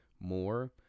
more